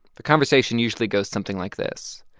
the conversation usually goes something like this.